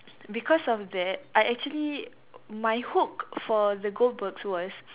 because of that I actually my hook for the Goldbergs was